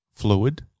fluid